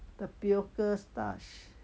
tapioca starch